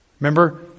Remember